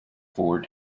four